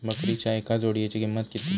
बकरीच्या एका जोडयेची किंमत किती?